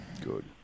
Good